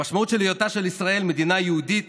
המשמעות של היותה של ישראל מדינה יהודית